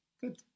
Good